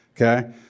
Okay